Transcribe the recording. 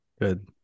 Good